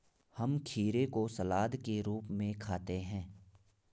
हम खीरे को सलाद के रूप में खाते हैं